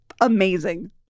amazing